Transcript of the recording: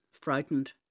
frightened